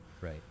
Right